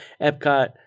Epcot